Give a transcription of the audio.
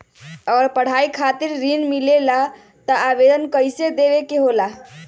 अगर पढ़ाई खातीर ऋण मिले ला त आवेदन कईसे देवे के होला?